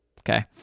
Okay